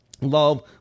Love